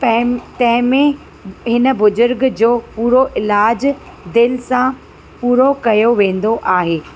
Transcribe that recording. तंहिं तंहिंमें हिन बुजुर्ग जो पूरो इलाज़ु दिलि सां पूरो कयो वेंदो आहे